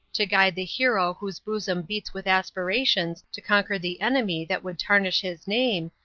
to guide the hero whose bosom beats with aspirations to conquer the enemy that would tarnish his name,